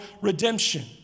redemption